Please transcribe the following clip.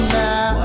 now